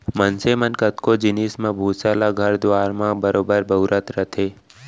मनसे मन कतको जिनिस म भूसा ल घर दुआर म बरोबर बउरत रथें